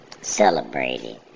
celebrated